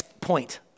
point